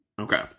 Okay